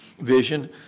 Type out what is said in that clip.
Vision